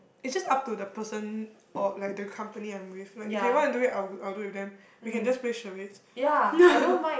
it's just up to the person or like the company I'm with like if they want to do it I'll I'll do it with them we can just play charades